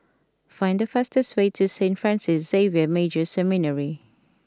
find the fastest way to Saint Francis Xavier Major Seminary